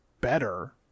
better